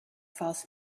fast